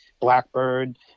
Blackbird